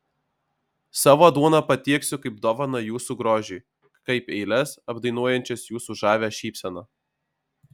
savo duoną patieksiu kaip dovaną jūsų grožiui kaip eiles apdainuojančias jūsų žavią šypseną